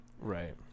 Right